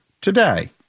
today